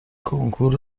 کنکور